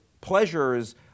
pleasures